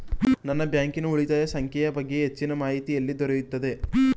ನನ್ನ ಬ್ಯಾಂಕಿನ ಉಳಿತಾಯ ಸಂಖ್ಯೆಯ ಬಗ್ಗೆ ಹೆಚ್ಚಿನ ಮಾಹಿತಿ ಎಲ್ಲಿ ದೊರೆಯುತ್ತದೆ?